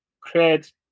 create